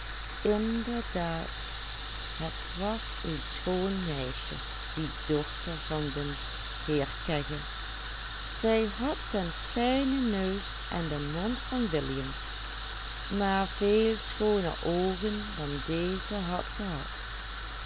meisje die dochter van den heer kegge zij had den fijnen neus en den mond van william maar veel schooner oogen dan deze had gehad